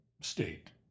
state